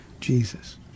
Jesus